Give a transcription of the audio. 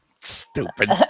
Stupid